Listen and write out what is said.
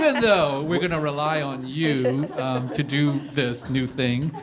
ah though we're going to rely on you and to do this new thing,